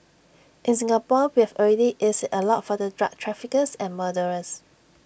in Singapore we've already eased IT A lot for the drug traffickers and murderers